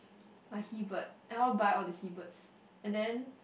my he bird I want to buy all the he birds and then